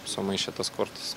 sumaišė tas kortas